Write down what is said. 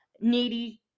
needy